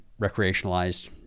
recreationalized